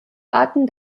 arten